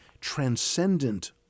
transcendent